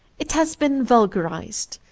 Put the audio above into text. it has been vulgarized,